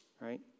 right